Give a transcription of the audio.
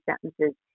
sentences